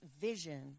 vision